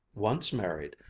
once married,